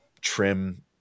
trim